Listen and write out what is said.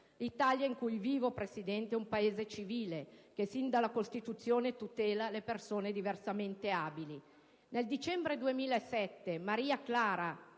l'Italia in cui vivo è un Paese civile, che sin dalla Costituzione tutela le persone diversamente abili. Nel dicembre 2007 Maria Clara